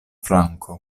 flanko